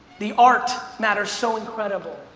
the art matters so incredible.